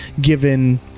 given